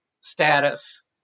status